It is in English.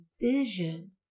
vision